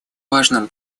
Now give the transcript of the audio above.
важным